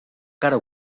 cara